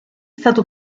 stato